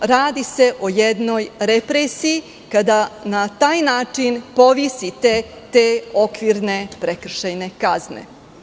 Radi se o jednoj represiji, kada na taj način povisite te okvirne prekršajne kazne.